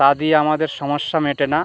তা দিয়ে আমাদের সমস্যা মেটে না